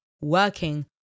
working